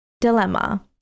Dilemma